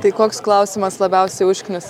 tai koks klausimas labiausiai užknisa